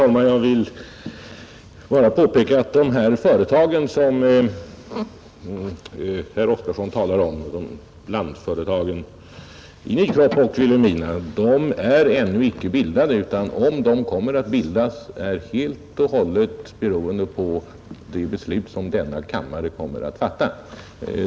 Herr talman! Jag vill bara påpeka att de företag som herr Oskarson talar om — blandföretagen i Nykroppa och Vilhelmina — är ännu icke bildade, utan om de skall bildas är helt och hållet beroende på det beslut som denna kammare kommer att fatta.